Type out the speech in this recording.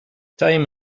time